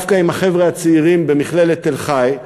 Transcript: דווקא עם החבר'ה הצעירים במכללת תל-חי,